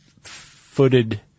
footed